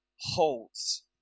holds